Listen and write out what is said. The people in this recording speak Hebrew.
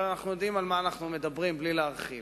אבל אנחנו יודעים על מה אנחנו מדברים בלי להרחיב.